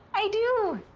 i do.